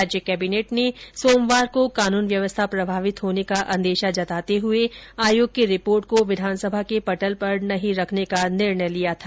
राज्य कैबिनेट ने सोमवार को कानून व्यवस्था प्रभावित होने का अंदेशा जताते हुए आयोग की रिपोर्ट को विधानसभा के पटल पर नहीं रखने का निर्णय लिया था